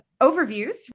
overviews